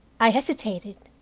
i hesitated.